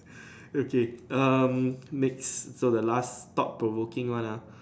okay um next so the last thought provoking one ah